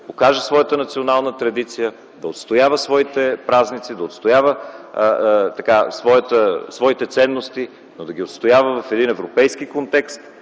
покаже своята национална традиция, да отстоява своите празници, да отстоява своите ценности, но да ги отстоява в един европейски контекст,